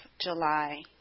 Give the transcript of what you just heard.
July